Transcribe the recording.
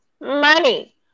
money